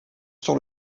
sur